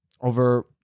over